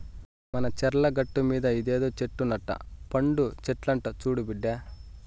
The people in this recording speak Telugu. మన చర్ల గట్టుమీద ఇదేదో చెట్టు నట్ట పండు చెట్లంట చూడు బిడ్డా